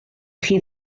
chi